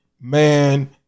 man